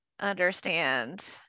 understand